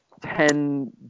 ten